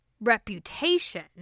reputation